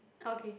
okay